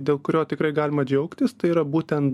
dėl kurio tikrai galima džiaugtis tai yra būtent